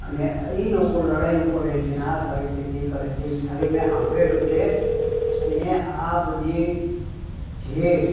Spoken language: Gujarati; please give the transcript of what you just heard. અને એ લોકો લડાઈઓ કરે છે ને આ કરે છે તે કરે છે એ ખાલી મેં સાંભળેલું છે અને આ બધી જે